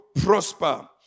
prosper